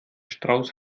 strauß